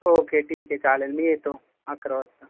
okay ठीक आहे चालेल मी येतो अकरा वाजता